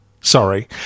Sorry